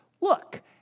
look